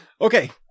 Okay